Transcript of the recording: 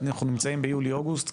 אנחנו נמצאים ביולי-אוגוסט,